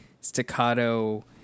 staccato